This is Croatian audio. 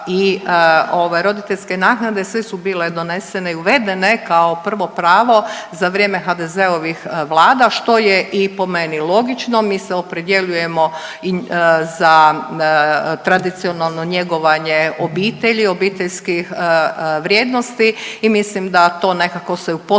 i ovaj roditeljske naknade sve su bile donesene i uvedene kao prvo pravo za vrijeme HDZ-ovih vlada, što je i po meni logično, mi se opredjeljujemo za tradicionalno njegovanje obitelji, obiteljskih vrijednosti i mislim da to nekako se u potpunosti